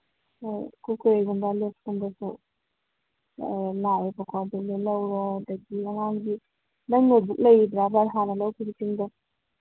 ꯍꯣꯏ ꯀꯨꯔꯀꯨꯔꯦꯒꯨꯝꯕ ꯂꯦꯁꯀꯨꯝꯕꯁꯨ ꯂꯥꯛꯑꯦꯕꯀꯣ ꯑꯗꯨꯒ ꯂꯧꯔꯣ ꯑꯗꯒꯤ ꯑꯉꯥꯡꯒꯤ ꯅꯪ ꯅꯣꯠꯕꯨꯛ ꯂꯩꯔꯤꯕ꯭ꯔꯥꯕ ꯍꯥꯟꯅ ꯂꯧꯈꯤꯕꯁꯤꯡꯗꯣ